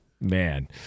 man